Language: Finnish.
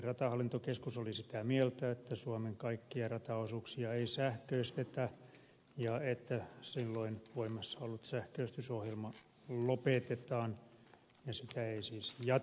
ratahallintokeskus oli sitä mieltä että suomen kaikkia rataosuuksia ei sähköistetä ja että silloin voimassa ollut sähköistysohjelma lopetetaan ja sitä ei siis jatketa